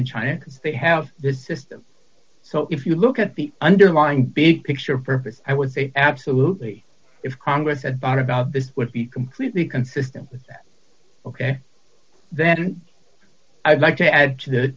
in china because they have the system so if you look at the underlying big picture purpose i would say absolutely if congress had thought about this would be completely consistent with that ok then i'd like to add to the